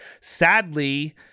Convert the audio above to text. sadly